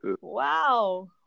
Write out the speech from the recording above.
Wow